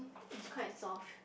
it's quite soft